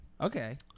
Okay